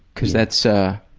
because that's ah